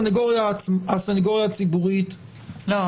לא,